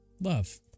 love